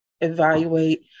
evaluate